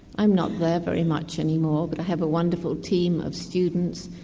i'm not there very much any more but i have a wonderful team of students,